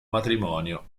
matrimonio